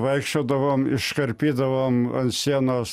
vaikščiodavom iškarpydavom ant sienos